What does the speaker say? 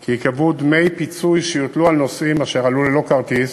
כי ייקבעו דמי פיצוי שיוטלו על נוסעים אשר עלו ללא כרטיס